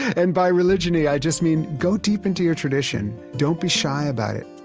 and by religion-y, i just mean go deep into your tradition. don't be shy about it